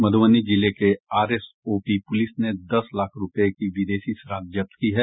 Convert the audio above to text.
मधुबनी जिले के R S O P police ने दस लाख रूपये की विदेशी शराब जब्त की है